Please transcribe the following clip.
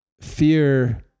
fear